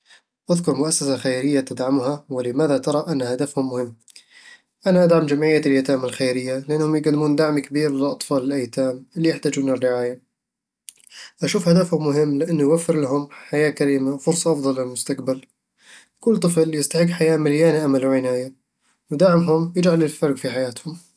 اذكر مؤسسة خيرية تدعمها، ولماذا ترى أن هدفهم مهم؟ أنا أدعم جمعية اليتامى الخيرية، لأنهم يقدمون دعم كبير للأطفال الأيتام اللي يحتاجون الرعاية أشوف هدفهم مهم لأنه يوفر لهم حياة كريمة وفرصة أفضل للمستقبل كل طفل يستحق حياة مليانة أمل وعناية، ودعمهم يجعل الفرق في حياتهم